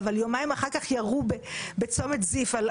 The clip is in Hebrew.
אבל יומיים אחר כך ירו בצומת זיף על